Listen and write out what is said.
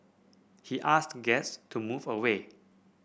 he asked guests to move away